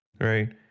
right